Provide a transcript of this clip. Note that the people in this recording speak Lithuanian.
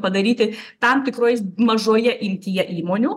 padaryti tam tikroj mažoje imtyje įmonių